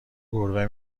گربه